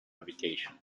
habitation